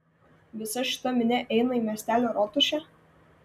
visa šita minia eina į miestelio rotušę